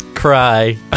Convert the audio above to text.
Cry